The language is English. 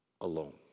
alone